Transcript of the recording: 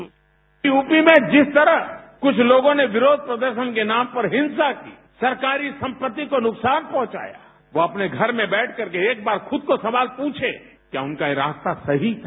bite UP में जिस तरह कुछ लोगों ने विरोध प्रदर्शन के नाम पर हिंसा की सरकारी संपत्ति को नुकसान पहुंचाया वो अपने घर में बैठकर करके एक बार खुद को सवाल पूछे कि क्या यह उनका यह रास्ता सही था